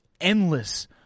endless